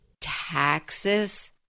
taxes